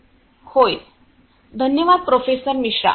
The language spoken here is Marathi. होय धन्यवाद प्रोफेसर मिश्रा